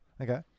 Okay